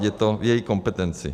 Je to v její kompetenci.